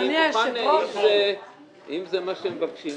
אם זה מה שהם מבקשים,